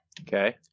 Okay